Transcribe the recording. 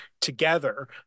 together